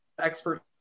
expert